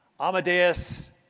Amadeus